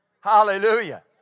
Hallelujah